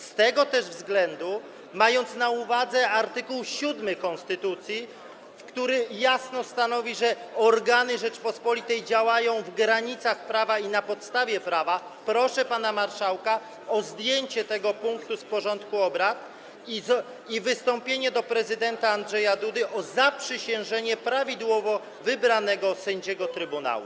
Z tego też względu, mając na uwadze art. 7 konstytucji, który jasno stanowi, że organy Rzeczypospolitej działają w granicach i na podstawie prawa, proszę pana marszałka o zdjęcie tego punktu z porządku obrad i wystąpienie do prezydenta Andrzeja Dudy o zaprzysiężenie prawidłowo wybranego sędziego trybunału.